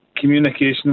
communication